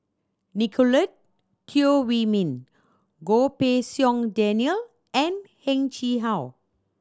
Nicolette Teo Wei Min Goh Pei Siong Daniel and Heng Chee How